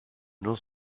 non